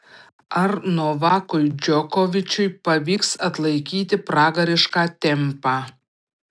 ar novakui džokovičiui pavyks atlaikyti pragarišką tempą